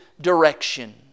direction